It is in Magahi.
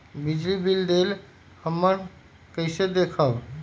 बिजली बिल देल हमन कईसे देखब?